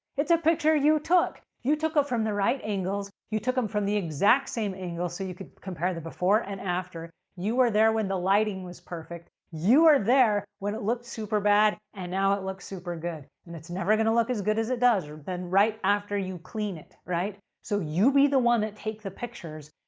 it's a picture you took. you took it from the right angles. you took them from the exact same angle, so you could compare the before and after. you were there when the lighting was perfect. you are there when it looked super bad, and now it looks super good. and it's never going to look as good as it does than right after you clean it, right? so, you be the one that take the pictures,